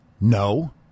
No